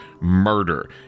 murder